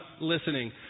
listening